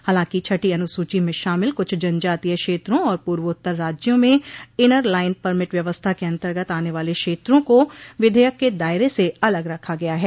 हालांकि छठी अनुसूची में शामिल कुछ जनजातीय क्षेत्रों और पूर्वोत्तर राज्यों में इनर लाइन परमिट व्यवस्था के अंतर्गत आने वाले क्षेत्रों को विधेयक के दायरे से अलग रखा गया है